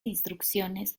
instrucciones